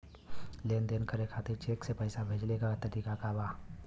लेन देन करे खातिर चेंक से पैसा भेजेले क तरीकाका बा?